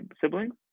siblings